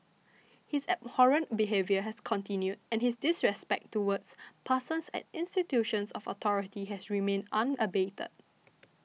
his abhorrent behaviour has continued and his disrespect towards persons and institutions of authority has remained unabated